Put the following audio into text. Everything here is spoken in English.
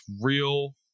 real